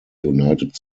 united